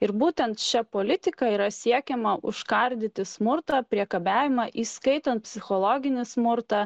ir būtent šia politika yra siekiama užkardyti smurtą priekabiavimą įskaitant psichologinį smurtą